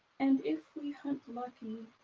and if we hunt lucky,